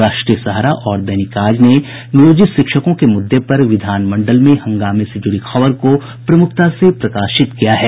राष्ट्रीय सहारा और दैनिक आज ने नियोजित शिक्षकों के मुद्दे पर विधान मंडल में हंगामे से जुड़ी खबर को प्रमुखता से प्रकाशित किया है